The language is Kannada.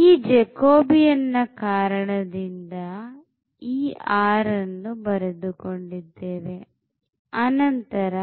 ಈ jacobian ನ ಕಾರಣದಿಂದ ಈ r ಅನ್ನು ಬರೆದುಕೊಂಡಿದ್ದೇವೆ ಅನಂತರ